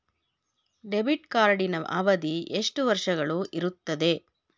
Debit ಕಾರ್ಡಿನ ಅವಧಿ ಎಷ್ಟು ವರ್ಷಗಳು ಇರುತ್ತದೆ?